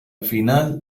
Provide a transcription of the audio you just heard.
final